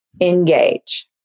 engage